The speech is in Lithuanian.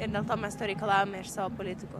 ir dėl to mes to reikalaujame iš savo politikų